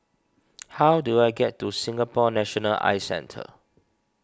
how do I get to Singapore National Eye Centre